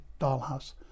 dollhouse